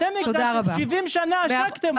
אתם הגזמתם, 70 שנה עשקתם אותנו.